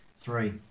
Three